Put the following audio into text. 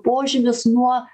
požymis nuo